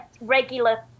regular